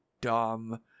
dumb